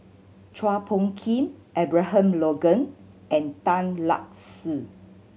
Chua Phung Kim Abraham Logan and Tan Lark Sye